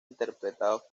interpretados